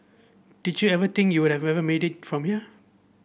did you ever think you would have made it from here